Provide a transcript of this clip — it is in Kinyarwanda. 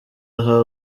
aha